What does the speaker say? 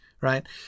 right